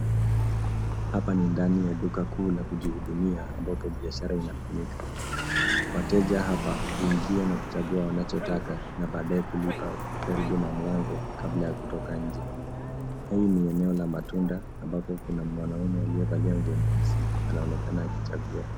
Hapa ni ndani ya duka kuu la kujihudumia, ambapo biashara inafanyika. Wateja hapa huingia na kuchagua wanachotaka, na baadae kulipa karibu na mlango, kabla ya kutoka nje. Hii ni eneo la matunda ambapo kuna mwanaume aliyevalia nguo nyeusi, anaonekana akichagua.